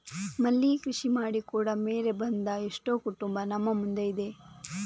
ಮಲ್ಲಿಗೆ ಕೃಷಿ ಮಾಡಿ ಕೂಡಾ ಮೇಲೆ ಬಂದ ಎಷ್ಟೋ ಕುಟುಂಬ ನಮ್ಮ ಮುಂದೆ ಇದೆ